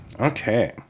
Okay